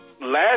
last